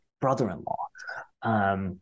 brother-in-law